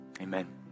amen